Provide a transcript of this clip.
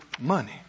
money